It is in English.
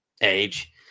age